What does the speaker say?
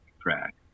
track